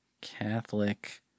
Catholic